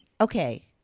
Okay